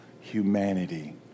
humanity